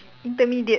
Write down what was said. intermediate